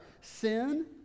sin